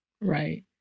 Right